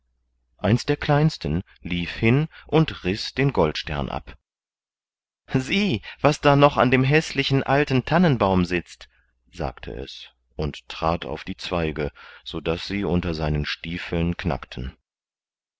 eins der kleinsten lief hin und riß den goldstern ab sieh was da noch an dem häßlichen alten tannenbaum sitzt sagte es und trat auf die zweige so daß sie unter seinen stiefeln knackten